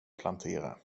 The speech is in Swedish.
plantera